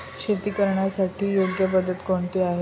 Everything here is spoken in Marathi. शेती करण्याची योग्य पद्धत कोणती आहे?